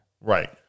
Right